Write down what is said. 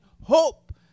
hope